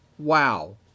Wow